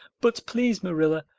but please, marilla,